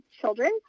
children